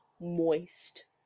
moist